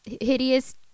hideous